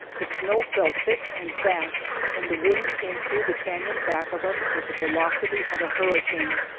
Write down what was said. the snow fell thick and fast, and the wind came through the canon back of us with the velocity of a hurricane.